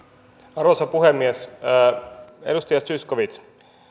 arvoisa puhemies edustaja zyskowicz